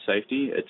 safety